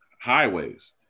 highways